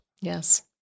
Yes